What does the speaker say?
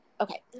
okay